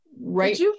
right